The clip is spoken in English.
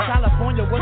California